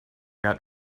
got